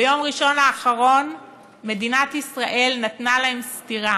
ביום ראשון האחרון מדינת ישראל נתנה להם סטירה,